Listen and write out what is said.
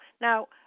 Now